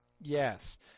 yes